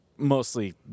Mostly